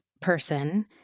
person